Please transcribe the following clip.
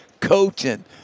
coaching